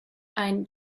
ein